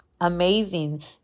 amazing